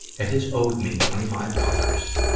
that has owed me twenty five dollars